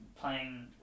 playing